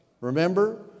Remember